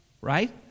right